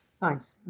Thanks